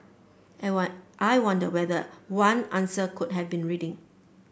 and one I wonder whether one answer could have been reading